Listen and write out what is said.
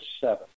seven